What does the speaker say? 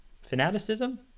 fanaticism